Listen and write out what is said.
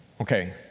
Okay